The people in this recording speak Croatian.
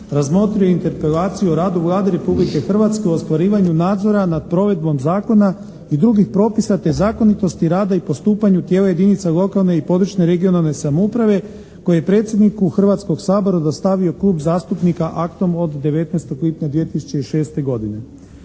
razmotrio je Interpelaciju o radu Vlade Republike Hrvatske o ostvarivanju nadzora nad provedbom zakona i drugih propisa te zakonitosti rada i postupanju tijela jedinica lokalne i područne (regionalne) samouprave koji je predsjedniku Hrvatskog sabora dostavio Klub zastupnika aktom od 19. lipnja 2006. godine.